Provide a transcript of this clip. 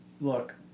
look